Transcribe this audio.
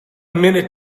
minute